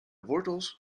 wortels